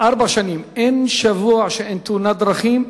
ארבע שנים, אין שבוע שאין בו תאונת דרכים,